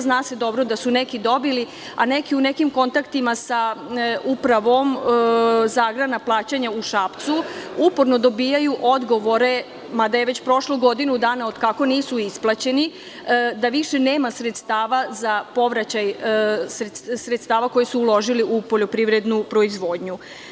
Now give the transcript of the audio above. Zna se dobro da su neki dobili, a neki u nekim kontaktima sa Upravom za agrarna plaćanja u Šapcu uporno dobijaju odgovore, mada je već prošlo godinu dana od kako nisu isplaćeni, da više nema sredstava za povraćaj sredstava koja su uložili u poljoprivrednu proizvodnju.